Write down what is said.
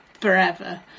forever